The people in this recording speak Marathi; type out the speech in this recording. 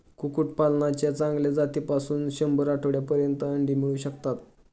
कुक्कुटपालनाच्या चांगल्या जातीपासून शंभर आठवड्यांपर्यंत अंडी मिळू शकतात